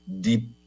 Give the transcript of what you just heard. deep